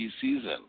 season